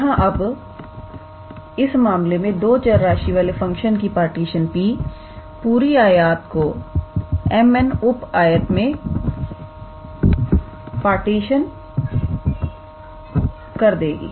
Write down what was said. यहां अब इस मामले में दो चर राशि वाले फंक्शन की पार्टीशन P पूरी आयत R को mn उप आयत में बांट देगी